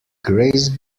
grace